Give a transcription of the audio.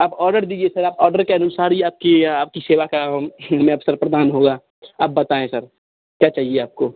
आप आर्डर दीजिए सर आप ऑर्डर के अनुसार ही आपकी आपकी सेवा का अवसर प्रदान होगा आप बताएँ सर क्या चाहिए आपको